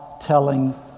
telling